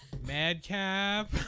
Madcap